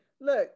Look